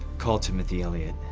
call timothy elliot.